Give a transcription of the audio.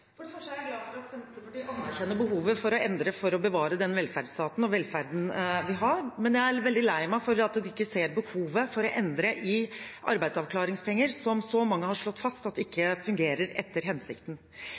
For det første er jeg glad for at Senterpartiet anerkjenner behovet for å endre for å bevare den velferdsstaten og velferden vi har, men jeg er veldig lei meg for at de ikke ser behovet for å endre i arbeidsavklaringspenger, som så mange har slått fast at